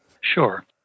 Sure